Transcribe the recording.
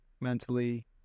mentally